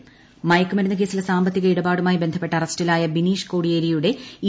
ബിനീഷ് കോടിയേരി മയക്കുമരുന്ന് കേസിലെ സാമ്പത്തിക ഇടപാടുമായി ബന്ധപ്പെട്ട് അറസ്റ്റിലായ ബിനീഷ് കോടിയേരിയുടെ ഇ